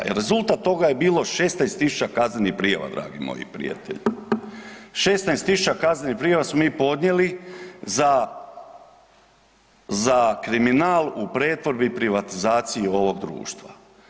Rezultat toga je bilo 16.000 kaznenih prijava dragi moji prijatelji, 16.000 kaznenih prijava smo mi podnijeli za kriminal u pretvorbi i privatizaciji ovog društva.